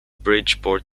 bridgeport